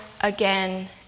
again